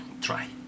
Try